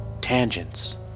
tangents